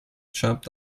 jumped